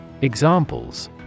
Examples